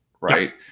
right